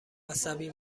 عصبی